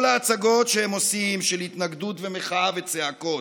כל ההצגות שהם עושים, של התנגדות ומחאה וצעקות,